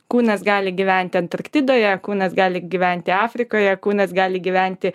kūnas gali gyventi antarktidoje kūnas gali gyventi afrikoje kūnas gali gyventi